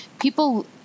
people